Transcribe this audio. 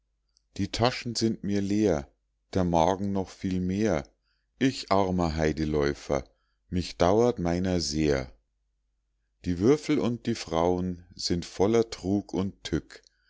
die taschen sind mir leer der magen noch viel mehr ich armer heideläufer mich dauert meiner sehr die würfel und die frauen sind voller trug und tück